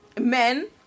Men